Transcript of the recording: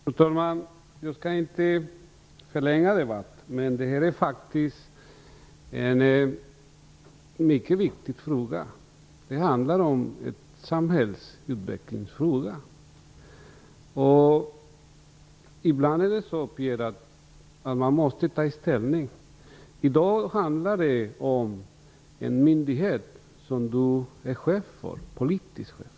Fru talman! Jag skall inte förlänga debatten, men detta är faktiskt en mycket viktig fråga. Det är en samhällsutvecklingsfråga. Ibland är det så att man måste ta ställning. I dag handlar det om en myndighet som Pierre Schori är politisk chef för.